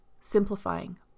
simplifying